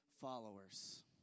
followers